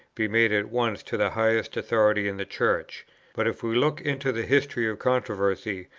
be made at once to the highest authority in the church but if we look into the history of controversy,